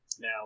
Now